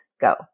go